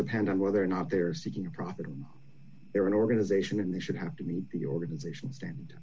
depend on whether or not they're seeking a profit from their own organization in the should have to meet the organization stand